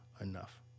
enough